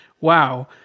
wow